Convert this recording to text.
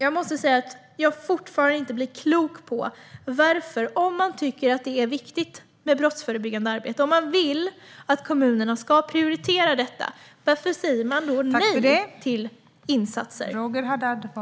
Jag måste säga att jag fortfarande inte blir klok på varför man säger nej till insatser om man tycker att det är viktigt med brottsförebyggande arbete och vill att kommunerna ska prioritera detta.